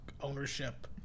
ownership